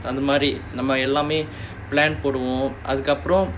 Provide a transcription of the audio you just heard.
அது மாறி நம்ம எல்லாமே:athu maari namma ellaamae plan போடுவோம் அதுக்கு அப்புறம்:poduvom athukku appuram